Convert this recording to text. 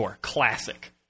classic